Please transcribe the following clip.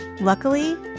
Luckily